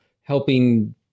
helping